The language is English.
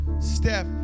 step